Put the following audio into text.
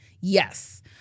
Yes